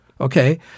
Okay